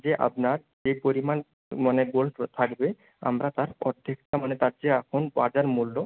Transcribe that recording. যে আপনার যে পরিমাণ মানে গোল্ড থাকবে আমরা তার অর্ধেকটা মানে তার যে এখন বাজার মূল্য